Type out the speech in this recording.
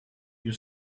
you